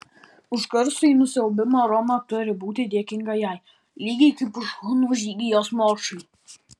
už garsųjį nusiaubimą roma turi būti dėkinga jai lygiai kaip už hunų žygį jos mošai